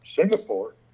Singapore